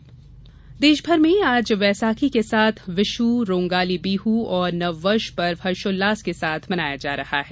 वैसाखी देशभर में आज वैसाखी के साथ विशु रोंगाली बिहु और नववर्ष पर्व हर्षोल्लास के साथ मनाया जा रहा है